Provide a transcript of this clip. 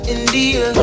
India